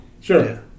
Sure